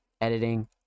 editing